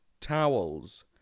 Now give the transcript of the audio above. towels